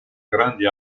grandi